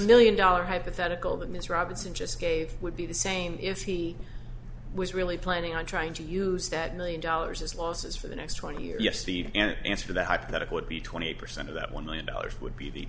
million dollar hypothetical that ms robinson just gave would be the same if he was really planning on trying to use that million dollars as losses for the next twenty years steve in answer to that hypothetical would be twenty percent of that one million dollars would be the